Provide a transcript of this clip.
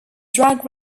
drag